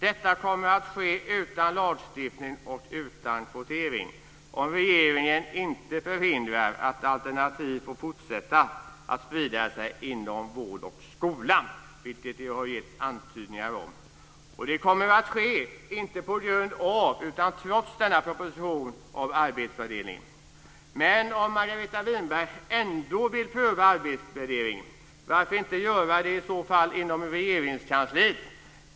Detta kommer att ske utan lagstiftning och utan kvotering om regeringen inte förhindrar att alternativ får fortsätta att sprida sig inom vård och skola, vilket ju har getts antydningar om. Det kommer att ske, inte på grund av utan trots denna proposition om arbetsvärdering. Men om Margareta Winberg ändå vill pröva arbetsvärdering, varför då inte göra det inom Regeringskansliet?